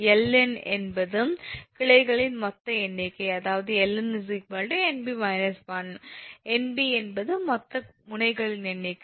𝐿𝑁 என்பது கிளைகளின் மொத்த எண்ணிக்கை அதாவது 𝐿𝑁 𝑁𝐵 − 1 𝑁𝐵 என்பது மொத்த முனைகளின் எண்ணிக்கை